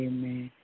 Amen